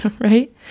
right